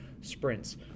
Sprints